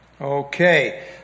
Okay